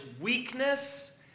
weakness